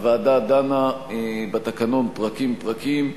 הוועדה דנה בתקנון פרקים-פרקים,